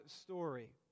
story